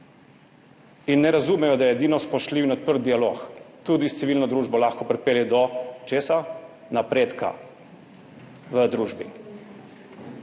In ne razumejo, da edino spoštljiv in odprt dialog, tudi s civilno družbo, lahko pripelje do – česa? Napredka v družbi.